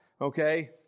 okay